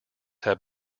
have